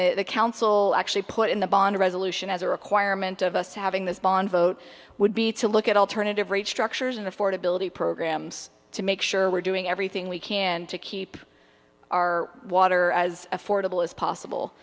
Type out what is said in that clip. in the council actually put in the bond resolution as a requirement of us having this bond vote would be to look at alternative rate structures and affordability programs to make sure we're doing everything we can to keep our water as affordable as possible